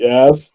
Yes